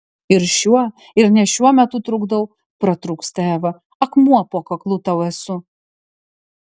ir šiuo ir ne šiuo metu trukdau pratrūksta eva akmuo po kaklu tau esu